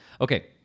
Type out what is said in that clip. okay